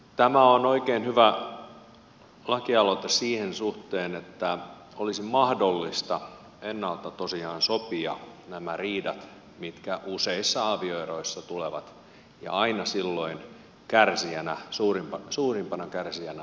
tämä on oikein hyvä lakialoite sen suhteen että olisi mahdollista ennalta tosiaan sopia nämä riidat mitkä useissa avioeroissa tulevat ja aina silloin suurimpana kärsijänä on lapsi